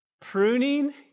Pruning